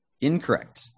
incorrect